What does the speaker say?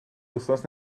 wythnos